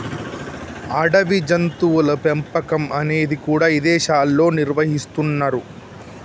అడవి జంతువుల పెంపకం అనేది కూడా ఇదేశాల్లో నిర్వహిస్తున్నరు